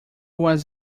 was